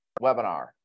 webinar